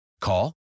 call